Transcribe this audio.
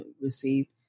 received